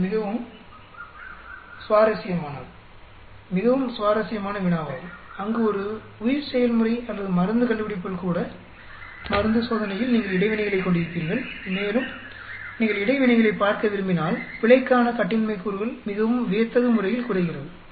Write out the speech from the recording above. இது மிகவும் சுவாரஸ்யமானது மிகவும் சுவாரஸ்யமான வினாவாகும் அங்கு ஒரு உயிர்செயல்முறை அல்லது மருந்து கண்டுபிடிப்பில் கூட மருந்து சோதனையில் நீங்கள் இடைவினைகளைக் கொண்டிருப்பீர்கள் மேலும் நீங்கள் இடைவினைகளைப் பார்க்க விரும்பினால் பிழைக்கான கட்டின்மை கூறுகள் மிகவும் வியத்தகு முறையில் குறைகிறது